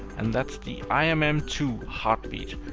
and that's the i m m two heartbeat,